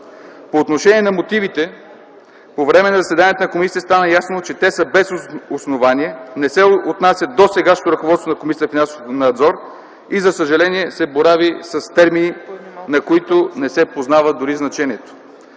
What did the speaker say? По отношение на мотивите – по време на заседание на комисията стана ясно, че те са без основание, не се отнасят до сегашното ръководство на Комисията за финансов надзор и за съжаление се борави с термини, на които не се познава дори значението.